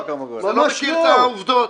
לא מכיר את העובדות.